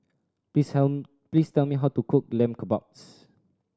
please tell please tell me how to cook Lamb Kebabs